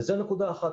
זו נקודה אחת.